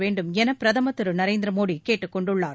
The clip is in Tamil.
வேண்டும் என பிரதமர் திரு நரேந்திர மோடி கேட்டுக் கொண்டுள்ளார்